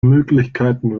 möglichkeiten